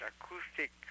acoustic